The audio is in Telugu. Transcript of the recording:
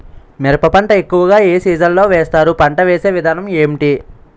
మిరప పంట ఎక్కువుగా ఏ సీజన్ లో వేస్తారు? పంట వేసే విధానం ఎంటి?